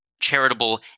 charitable